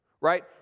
right